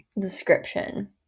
description